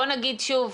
בוא נגיד שוב,